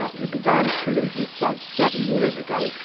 who began to lose his sight seven years ago,